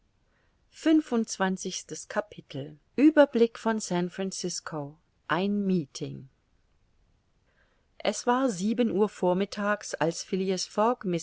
fünfundzwanzigstes capitel ueberblick von san francisco ein meeting es war sieben uhr vormittags als